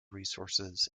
resources